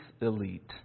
elite